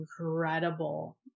incredible